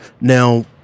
Now